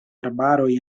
arbaroj